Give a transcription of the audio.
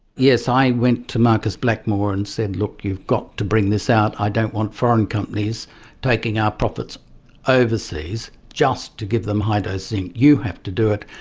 yes, i went to marcus blackmore and said, look, you've got to bring this out, i don't want foreign companies taking our profits overseas just to give them high dose zinc, you have to do it,